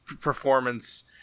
performance